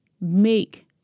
make